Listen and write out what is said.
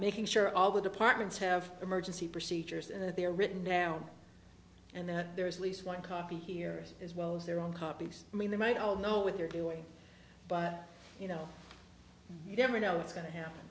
making sure all the departments have emergency procedures and that they are written down and that there is least one copy here as well as their own copies i mean they might all know what they're doing but you know you never know what's going to happen